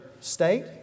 state